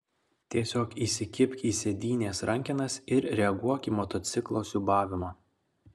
tiesiog įsikibk į sėdynės rankenas ir reaguok į motociklo siūbavimą